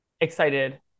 excited